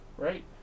Right